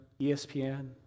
ESPN